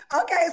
okay